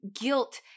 guilt